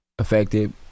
Affected